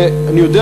ואני יודע